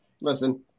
Listen